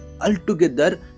altogether